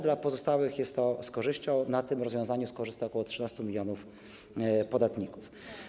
Dla pozostałych jest to z korzyścią, na tym rozwiązaniu skorzysta ok. 13 mln podatników.